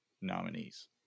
nominees